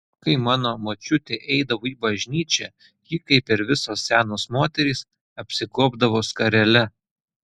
kai mano močiutė eidavo į bažnyčią ji kaip ir visos senos moterys apsigobdavo skarele